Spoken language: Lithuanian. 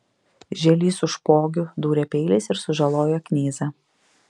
žielys su špogiu dūrė peiliais ir sužalojo knyzą